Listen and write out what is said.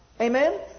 Amen